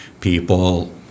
People